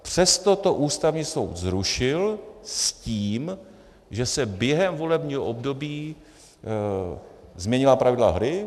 Přesto to Ústavní soud zrušil s tím, že se během volebního období změnila pravidla hry.